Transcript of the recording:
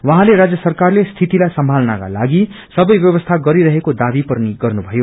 उहाँले राज्य सरकारले स्थितिलाई संभाल्नकालागि संवै व्यवस्था गरिरहेको दावी पनि गर्नु भयो